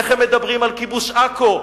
איך הם מדברים על כיבוש עכו,